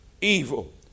Evil